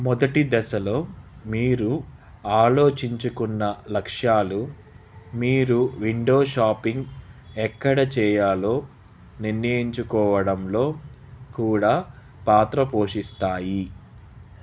మొదటి దశలో మీరు ఆలోచించుకున్న లక్ష్యాలు మీరు విండో షాపింగ్ ఎక్కడ చేయాలో నిర్ణయించుకోవడంలో కూడా పాత్ర పోషిస్తాయి